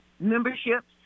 memberships